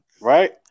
Right